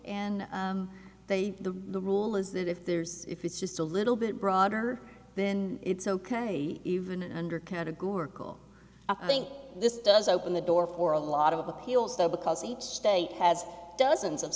and they the rule is that if there's if it's just a little bit broader then it's ok even under categorical i think this does open the door for a lot of appeals though because each state has dozens of